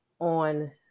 on